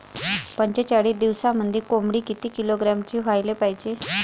पंचेचाळीस दिवसामंदी कोंबडी किती किलोग्रॅमची व्हायले पाहीजे?